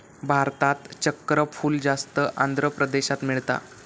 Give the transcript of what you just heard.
भारतात चक्रफूल जास्त आंध्र प्रदेशात मिळता